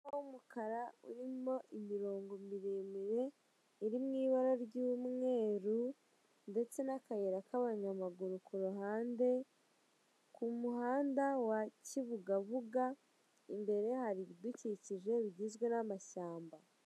W'umukara urimo imirongo miremire, urimo ibara ry'umweru, ndetse n'akayira k'abanyamaguru kuruhande, ku muhanda wa Kibugabuga imbere yaho hari ibidukikije bigizwe n'amashyamba.